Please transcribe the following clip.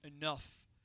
enough